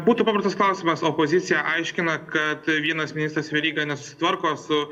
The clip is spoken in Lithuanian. būtų paprastas klausimas opozicija aiškina kad vienas ministras veryga nesusitvarko su